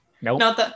Nope